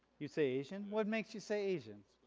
you say asian? what makes you say asian?